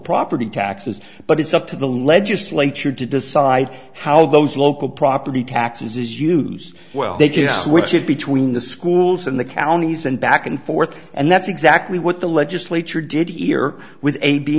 property taxes but it's up to the legislature to decide how those local property taxes use well they can switch it between the schools and the counties and back and forth and that's exactly what the legislature did easier with a b